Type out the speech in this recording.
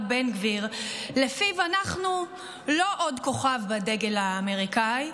בן גביר שלפיו אנחנו לא עוד כוכב בדגל האמריקאי,